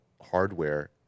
hardware